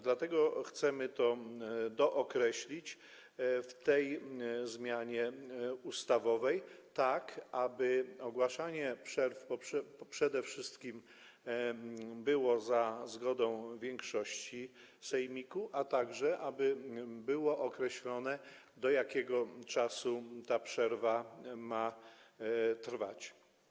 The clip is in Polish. Dlatego chcemy to dookreślić w tej zmianie ustawowej, tak aby ogłaszanie przerw przede wszystkim odbywało się za zgodą większości sejmiku, a także aby było określone, do jakiego czasu ta przerwa ma trwać.